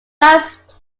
last